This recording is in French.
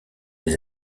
les